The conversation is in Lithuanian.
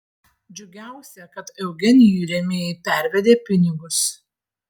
džiugiausia kad eugenijui rėmėjai pervedė pinigus